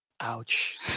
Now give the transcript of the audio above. Ouch